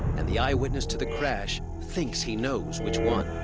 and the eyewitness to the crash thinks he knows which one.